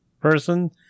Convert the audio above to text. person